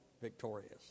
victorious